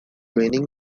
raining